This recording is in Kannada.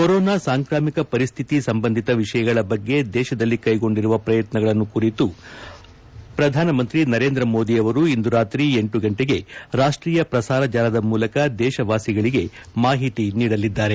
ಕೊರೊನಾ ಸಾಂಕ್ರಾಮಿಕ ಪರಿಸ್ಥಿತಿ ಸಂಬಂಧಿತ ವಿಷಯಗಳ ಬಗ್ಗೆ ದೇಶದಲ್ಲಿ ಕೈಗೊಂಡಿರುವ ಪ್ರಯತ್ನಗಳನ್ನು ಕುರಿತು ನರೇಂದ ಮೋದಿ ಅವರು ಇಂದು ರಾತಿ ಲ ಗಂಟೆಗೆ ರಾಷ್ಟೀಯ ಪ್ರಸಾರ ಜಾಲದ ಮೂಲಕ ದೇಶವಾಸಿಗಳಿಗೆ ಮಾಹಿತಿ ನೀಡಲಿದ್ದಾರೆ